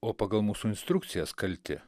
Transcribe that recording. o pagal mūsų instrukcijas kalti